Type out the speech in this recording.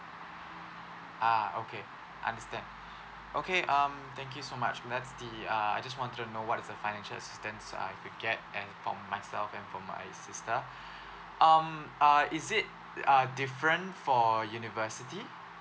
ah okay understand okay um thank you so much that's the uh I just wanted to know what is the financial assistance I can get and for myself and for my sister um uh is it uh different for university